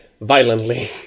violently